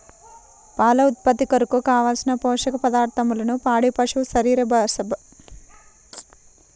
పాల ఉత్పత్తి కొరకు, కావలసిన పోషక పదార్ధములను పాడి పశువు శరీర బరువును బట్టి పాల ఉత్పత్తిని బట్టి నిర్ణయిస్తారా?